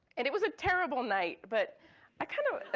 and it was a terrible night. but i kinda,